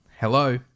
Hello